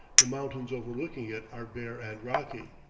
the mountains overlooking it are bare and rocky.